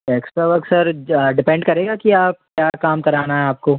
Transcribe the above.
extra work sir depend करेगा कि आप क्या काम कराना है आपको